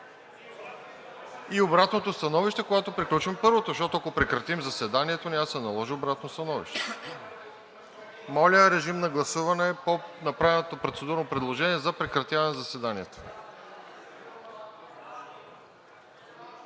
и обратното становище, когато приключим първото, защото, ако прекратим заседанието, няма да се наложи обратно становище. Моля, режим на гласуване по направеното процедурно предложение за прекратяване на заседанието.